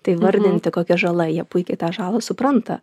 tai įvardinti kokia žala jie puikiai tą žalą supranta